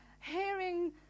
hearing